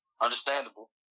Understandable